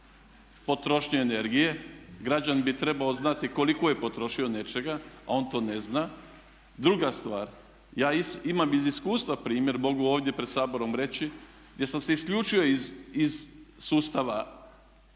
potrošnju energije. Građanin bi trebao znati koliko je potrošio nečega, a on to ne zna. Druga stvar, ja imam iz iskustva primjer, mogu ovdje pred Saborom reći, gdje sam se isključio iz sustava gradskog